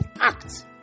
act